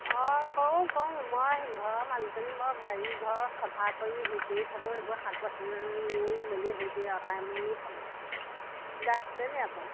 অঁ কওঁ কওঁ মই ঘৰৰ মালিকনী মই বাৰী ঘৰৰ চাফা কৰি হেৰি কৰি থাকোঁ এইবোৰ শাক পাচলি ৰুই মেলি হেৰি কৰি অটাই মেলি থাকোঁ কিবা আছিলে নেকি আপোনাৰ